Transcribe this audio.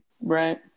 Right